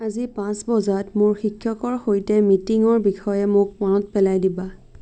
আজি পাঁচ বজাত মোৰ শিক্ষকৰ সৈতে মিটিঙৰ বিষয়ে মোক মনত পেলাই দিবা